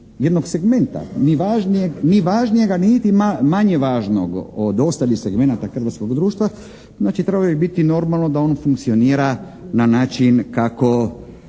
jednog segmenta ni važnijega niti manje važnoga od ostalih segmenata hrvatskog društva, znači treba uvijek biti normalno da on funkcionira na način kako,